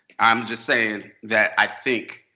i'm just saying that i think